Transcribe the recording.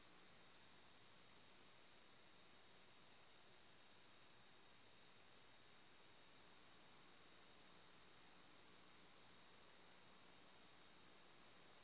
मुई यू.पी.आई एपेर उपयोग करे मोबाइल बिल आर अन्य उपयोगिता बिलेर भुगतान करवा सको ही